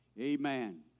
Amen